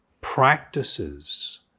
practices